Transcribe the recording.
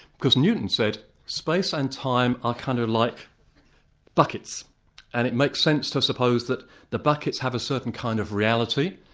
because newton said space and time are kind of like buckets and it makes sense to suppose that the buckets have a certain kind of reality,